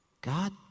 God